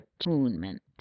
attunement